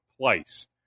place